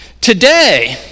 Today